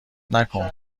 نکن